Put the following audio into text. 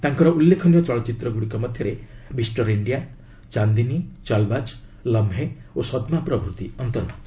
ତାଙ୍କର ଉଲ୍ଲ୍ଖେନୀୟ ଚଳଚ୍ଚିତ୍ରଗୁଡ଼ିକ ମଧ୍ୟରେ ମିଷ୍ଟର ଇଣ୍ଡିଆ ଚାନ୍ଦିନୀ ଚାଲ୍ବାଜ୍ ଲମ୍ହେ ଓ ସଦ୍ମା ପ୍ରଭୃତି ଅନ୍ତର୍ଭୁକ୍ତ